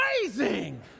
amazing